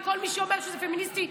זה לכל מי שאומר שזה פמיניסטי,